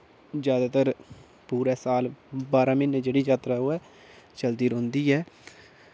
जैदातर पूरे साल बारह् म्हीने जेह्ड़ी यात्रा ओह् ऐ चलदी रौह्ंदी ऐ